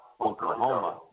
Oklahoma